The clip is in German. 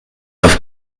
auf